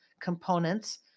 components